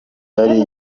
yari